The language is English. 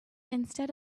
instead